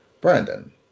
Brandon